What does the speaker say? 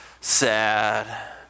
sad